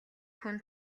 хүн